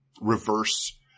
reverse